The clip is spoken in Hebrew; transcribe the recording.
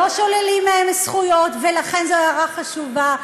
לא שוללים מהם זכויות, ולכן זו הערה חשובה.